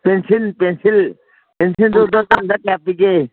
pencil pencil ꯄꯦꯟꯁꯤꯜꯗꯨ ꯗꯔꯖꯟꯗ ꯀꯌꯥ ꯄꯤꯒꯦ